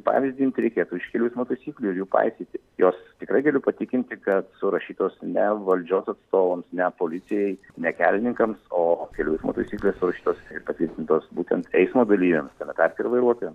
pavyzdį imti reikėtų iš kelių eismo taisyklių ir jų paisyti jos tikrai galiu patikinti kad surašytos ne valdžios atstovams ne policijai ne kelininkams o kelių eismo taisyklės surašytos ir patvirtintos būtent eismo dalyviams tame tarpe ir vairuotojam